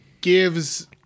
gives